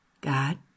God